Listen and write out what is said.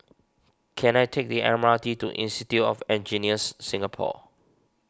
can I take the M R T to Institute of Engineers Singapore